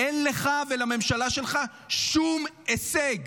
אין לך ולממשלה שלך שום הישג.